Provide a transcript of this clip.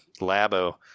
Labo